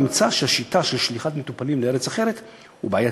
נמצא שהשיטה של שליחת מטופלים לארץ אחרת היא בעייתית.